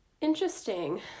Interesting